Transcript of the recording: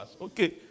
Okay